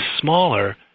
smaller